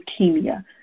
leukemia